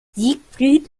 siegfried